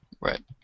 Right